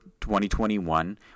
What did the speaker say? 2021